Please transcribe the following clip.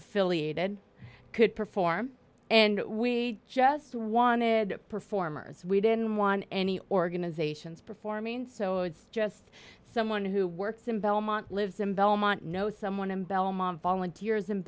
affiliated could perform and we just wanted performers we didn't want any organizations performing so it's just someone who works in belmont lives in belmont knows someone in belmont volunteers